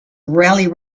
rally